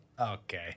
okay